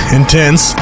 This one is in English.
intense